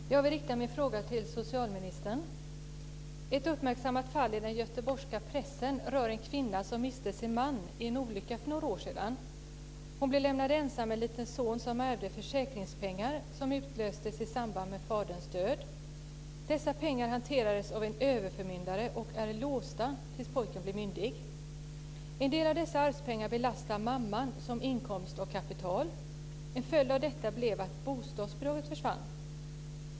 Fru talman! Jag vill rikta min fråga till biträdande socialförsäkringsministern. Ett fall som uppmärksammats i den göteborgska pressen rör en kvinna som miste sin man i en olycka för några år sedan. Hon blev lämnad ensam med en liten son som ärvde försäkringspengar som utlöstes i samband med faderns död. Dessa pengar hanteras av en överförmyndare och är låsta tills pojken blir myndig. En del av dessa arvspengar belastar mamman som inkomst av kapital. En följd av detta blev att bostadsbidraget försvann.